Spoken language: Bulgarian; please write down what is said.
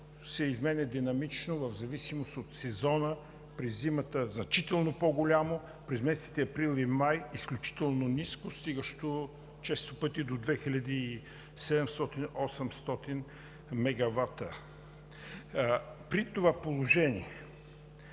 се изменя динамично в зависимост от сезона: през зимата значително по-голямо, през месеците април и май изключително ниско, стигащо често пъти до 2700 – 2800 мегавата. При това положение